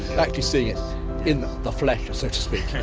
actually seeing it in the flesh, so to speak.